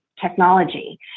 technology